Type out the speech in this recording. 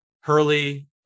Hurley